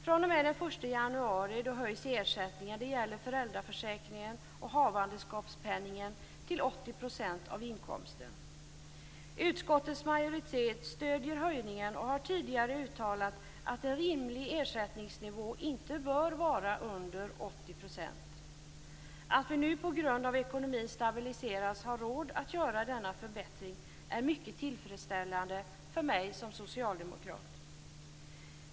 fr.o.m. den 1 januari höjs ersättningen när det gäller föräldraförsäkringen och havandeskapspenningen till 80 % av inkomsten. Utskottets majoritet stöder höjningen och har tidigare uttalat att en rimlig ersättningsnivå inte bör vara under 80 %. Att vi nu på grund av att ekonomin stabiliserats har råd att göra denna förbättring är mycket tillfredsställande för mig som socialdemokrat.